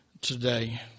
today